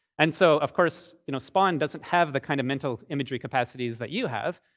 and so of course, you know, spaun doesn't have the kind of mental imagery capacities that you have,